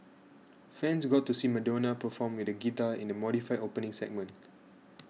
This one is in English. fans got to see Madonna perform with a guitar in the modified opening segment